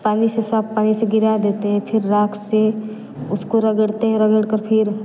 पानी से साफ़ पानी से गिरा देते है फिर राख से उसको रगड़ते है रगड़कर फिर